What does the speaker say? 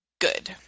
good